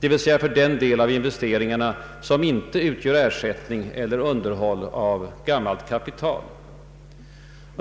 d.v.s. för den del av investeringarna som ej utgör ersättning eller underhåll av gammalt kapital”.